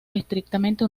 estrictamente